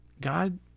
God